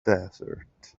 desert